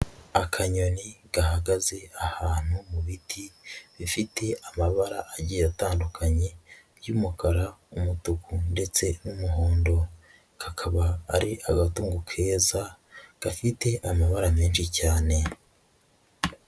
Akanyoni gahagaze ahantu mu biti bifite amabara agiye atandukanye, iby'umukara, umutuku, ndetse n'umuhondo, kakaba ari agatungo keza gafite amabara menshi cyane.